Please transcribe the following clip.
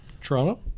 Toronto